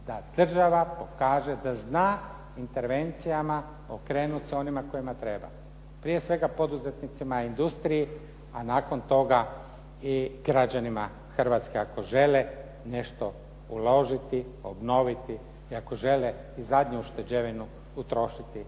da država pokaže da zna intervencijama okrenuti se onima kojima treba, prije svega poduzetnicima i industriji a nakon toga i građanima Hrvatske ako žele nešto uložiti, obnoviti i ako žele i zadnju ušteđevinu utrošiti